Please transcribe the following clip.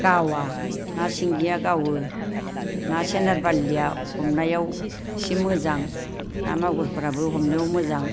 गावा ना सिंगिया गावो ना सेनार बाल्लिया हमनायाव एसे मोजां ना मागुरफोराबो हमनायाव मोजां